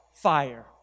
fire